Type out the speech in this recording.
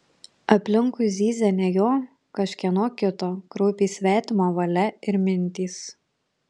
aplinkui zyzė ne jo kažkieno kito kraupiai svetimo valia ir mintys